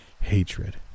hatred